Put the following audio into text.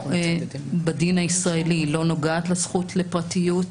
בדין הישראלי היא לא נוגעת לזכות לפרטיות,